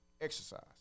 exercise